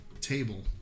table